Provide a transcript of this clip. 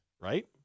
right